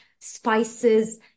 spices